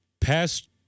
past